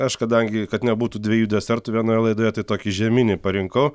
aš kadangi kad nebūtų dviejų desertų vienoj laidoje tai tokį žieminį parinkau